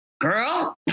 girl